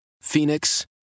Phoenix